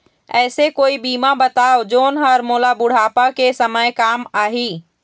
ऐसे कोई बीमा बताव जोन हर मोला बुढ़ापा के समय काम आही?